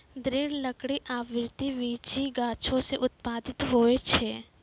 दृढ़ लकड़ी आवृति बीजी गाछो सें उत्पादित होय छै?